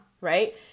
right